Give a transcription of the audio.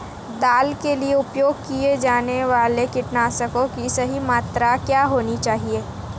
दाल के लिए उपयोग किए जाने वाले कीटनाशकों की सही मात्रा क्या होनी चाहिए?